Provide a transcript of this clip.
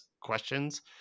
questions